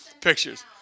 Pictures